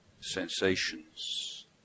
sensations